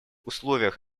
условиях